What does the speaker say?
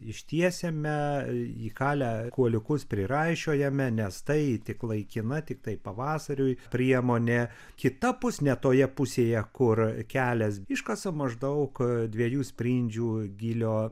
ištiesiame įkalę kuoliukus priraišiojame nes tai tik laikina tiktai pavasariui priemonė kitapus ne toje pusėje kur kelias iškasa maždaug dviejų sprindžių gylio